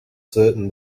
certain